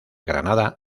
granada